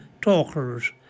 Talkers